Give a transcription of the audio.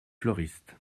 fleuriste